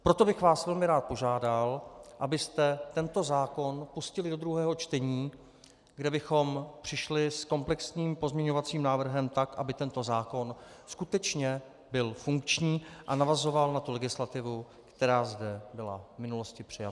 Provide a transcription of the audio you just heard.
Proto bych vás velmi rád požádal, abyste tento zákon pustili do druhého čtení, kde bychom přišli s komplexním pozměňovacím návrhem tak, aby tento zákon skutečně byl funkční a navazoval na tu legislativu, která zde byla v minulosti přijata.